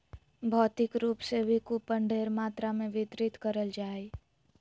भौतिक रूप से भी कूपन ढेर मात्रा मे वितरित करल जा हय